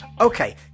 okay